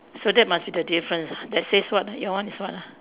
so that must be the difference that says what your one is what ah